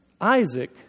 Isaac